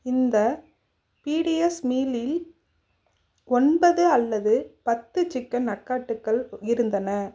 இந்த பிடிஎஸ் மீலில் ஒன்பது அல்லது பத்து சிக்கன் நக்காட்டுகள் இருந்தன